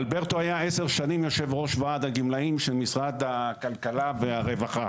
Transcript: אלברטו היה עשר שנים יושב ראש וועד הגמלאים של משרד הכלכלה והרווחה.